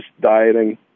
dieting